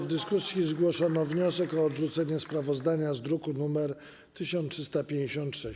W dyskusji zgłoszono wniosek o odrzucenie sprawozdania z druku nr 1356.